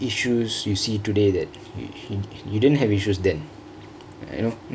issues you see today that you you you didn't have issues then